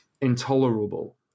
intolerable